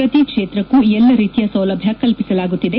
ಪ್ರತಿ ಕ್ಷೇತ್ರಕ್ಕೂ ಎಲ್ಲ ರೀತಿಯ ಸೌಲಭ್ಯ ಕಲ್ಪಿಸಲಾಗುತ್ತಿದೆ